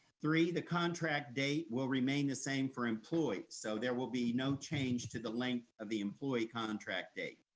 three, the contract date will remain the same for employees so there will be no change to the length of the employee contract date.